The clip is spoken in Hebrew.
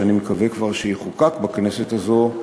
שאני מקווה שיחוקק בכנסת הזאת,